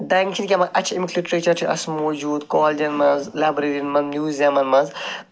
اَسہِ چھِ اَمیُک لِٹریچر چھِ اَسہِ موٗجوٗد کالجَن منٛز لَبریریَن میوٗزیَمَن منٛز